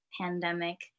pandemic